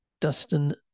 Dustin